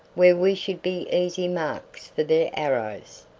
where we should be easy marks for their arrows.